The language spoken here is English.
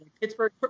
Pittsburgh